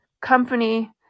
company